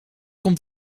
komt